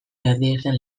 erdiesten